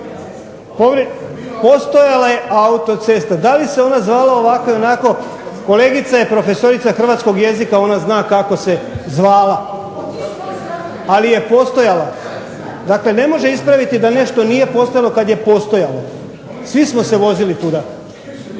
Postojala je autocesta, da li se ona zvala ovako ili onako kolegica je prof. hrvatskog jezika ona zna kako se zvala. Ali je postojala. Dakle, ne može ispraviti nešto da nije postojalo ako je postojalo, svi smo se vozili tuda